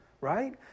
right